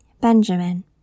Benjamin